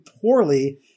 poorly